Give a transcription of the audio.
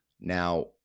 Now